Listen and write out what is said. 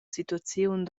situaziun